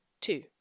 Two